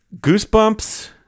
Goosebumps